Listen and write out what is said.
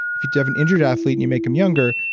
if you you have an injured athlete and you make him younger,